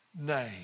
name